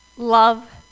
love